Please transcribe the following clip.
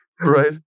right